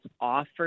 offer